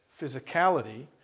physicality